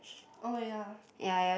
oh ya